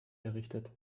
errichtet